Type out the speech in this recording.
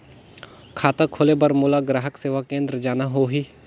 खाता खोले बार मोला ग्राहक सेवा केंद्र जाना होही?